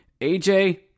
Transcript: AJ